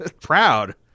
proud